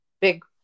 big